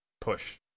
push